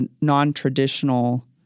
non-traditional